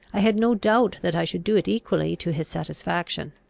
i had no doubt that i should do it equally to his satisfaction.